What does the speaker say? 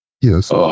Yes